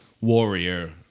warrior